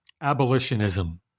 abolitionism